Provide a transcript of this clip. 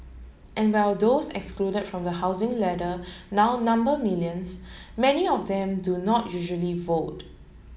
and while those excluded from the housing ladder now number millions many of them do not usually vote